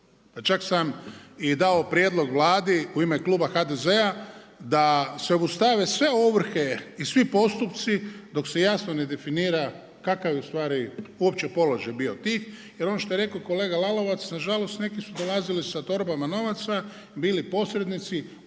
čak sam dao i prijedlog Vladi u ime kluba HDZ-a da se obustave sve ovrhe i svi postupci dok se jasno ne definira kakav je ustvari uopće položaj bio tih jer ono što je rekao kolega Lalovac, nažalost neki su dolazili sa torbama novaca, bili posrednici,